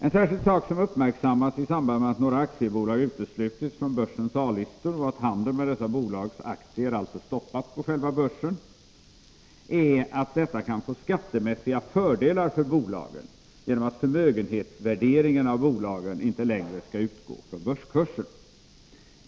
En särskild sak som uppmärksammats i samband med att några aktiebolag uteslutits från börsens A-listor och att handeln med dessa bolags aktier stoppats på själva börsen är att detta kan få skattemässiga fördelar för bolagen genom att värderingen av bolagens förmögenhet inte längre skall utgå från börskursen.